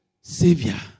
Savior